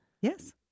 Yes